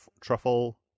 truffle